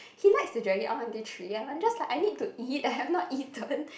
he likes to drag it on until three ya I'm just like I need to eat I have not eaten